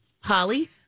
Holly